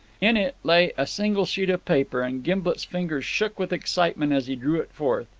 in it lay a single sheet of paper, and gimblet's fingers shook with excitement as he drew it forth.